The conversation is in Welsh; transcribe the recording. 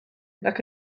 nac